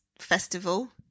festival